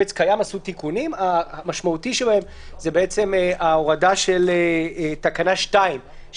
כתוב חייבים להתקיים הנסיבות המצדיקות את ההכרזה תבטל ועדת השרים את